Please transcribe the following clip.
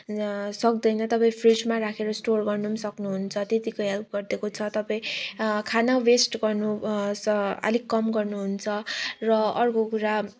सक्दैन तपाईँ फ्रिजमा राखेर स्टोर गर्न पनि सक्नुहुन्छ त्यत्तिको हेल्प गरिदिएको छ तपाईँ खाना वेस्ट गर्नु स अलिक कम गर्नुहुन्छ र अर्को कुरा